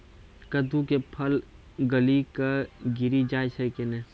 कददु के फल गली कऽ गिरी जाय छै कैने?